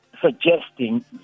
suggesting